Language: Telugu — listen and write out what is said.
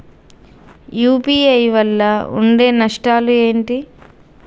యూ.పీ.ఐ వల్ల ఉండే నష్టాలు ఏంటి??